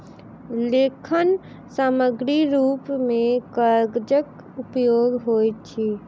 लेखन सामग्रीक रूप मे कागजक उपयोग होइत अछि